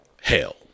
Hell